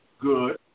Good